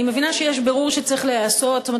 אני מבינה שצריך להיעשות בירור.